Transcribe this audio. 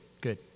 good